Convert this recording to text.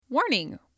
Warning